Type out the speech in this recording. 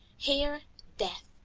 here death,